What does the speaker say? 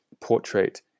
portrait